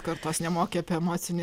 kartos nemokė apie emocinį